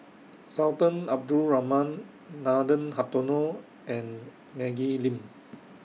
Sultan Abdul Rahman Nathan Hartono and Maggie Lim